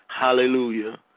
hallelujah